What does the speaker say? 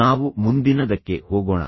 ನಾವು ಮುಂದಿನದಕ್ಕೆ ಹೋಗೋಣ